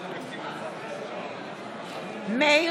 מצביע מיקי